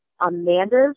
Amanda's